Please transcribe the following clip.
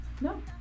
No